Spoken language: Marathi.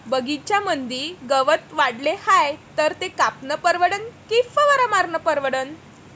बगीच्यामंदी गवत वाढले हाये तर ते कापनं परवडन की फवारा मारनं परवडन?